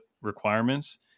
requirements